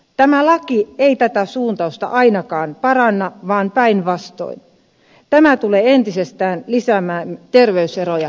tämä laki ei tätä suuntausta ainakaan paranna vaan päinvastoin tämä tulee entisestään lisäämään terveyseroja kansalaisten välille